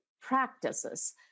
practices